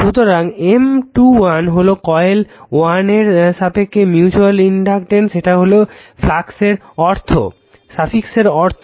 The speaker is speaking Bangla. সুতরাং M21 হলো কয়েল 1 এর সাপেক্ষে মিউচুয়াল ইনডাকটেন্স এটা হলো সাফিক্সের অর্থ